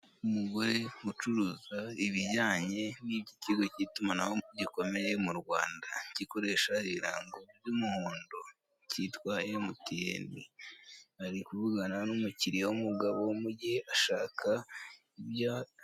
Umugore ucuruza ibijyanye n'ikigo cy'itumanaho gikomeye mu Rwanda, gikoresha ibirango by'umuhondo, cyitwa MTN ari kuvugana n'umukiriya w'umugabo, mu gihe ashaka ibyo.